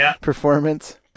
performance